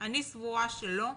אני סבורה שלא,